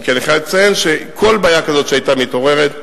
אם כי אני חייב לציין שכל בעיה כזאת שהיתה מתעוררת,